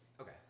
Okay